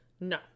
No